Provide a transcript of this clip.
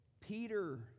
Peter